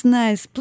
nice